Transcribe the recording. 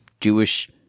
jewish